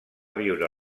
viure